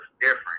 different